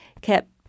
kept